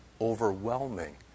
overwhelming